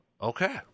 Okay